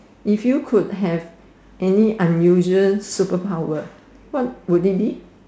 if you could have any unusual superpower what would it be